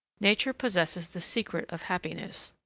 nature possesses the secret of happiness,